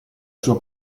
sua